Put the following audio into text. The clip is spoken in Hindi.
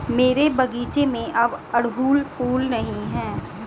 मेरे बगीचे में अब अड़हुल फूल नहीं हैं